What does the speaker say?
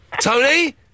Tony